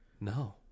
No